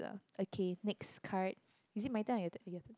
okay next card is it my turn or your turn